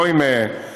לא עם קטינה.